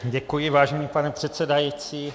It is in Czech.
Děkuji, vážený pane předsedající.